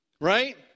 right